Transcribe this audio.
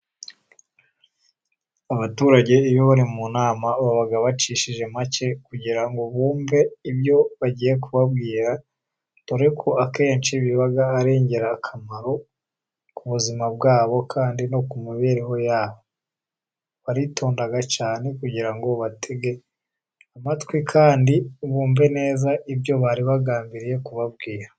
Abaturage iyo bari mu nama baba bacishije make kugira ngo bumve ibyo bagiye kubabwira, dore ko akenshi biba ari ingirakamaro ku buzima bwabo kandi no ku mibereho yabo. Baritonda cyane kugira ngo batege amatwi, kandi bumve neza ibyo bari bagambiriye kubabwira.